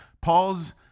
Paul's